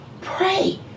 Pray